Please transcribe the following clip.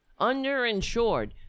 Underinsured